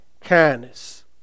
kindness